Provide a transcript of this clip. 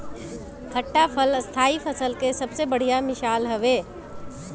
खट्टा फल स्थाई फसल के सबसे बढ़िया मिसाल हवे